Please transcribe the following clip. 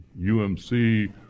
UMC